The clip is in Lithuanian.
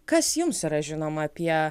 kas jums yra žinoma apie